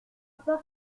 porte